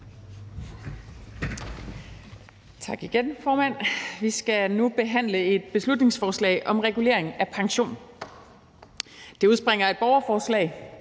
Tak igen, formand. Vi skal nu behandle et beslutningsforslag om regulering af pension. Det udspringer af et borgerforslag